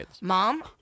Mom